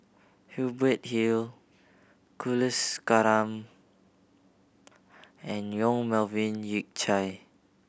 Hubert Hill Kulasekaram and Yong Melvin Yik Chye